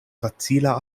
facila